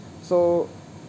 so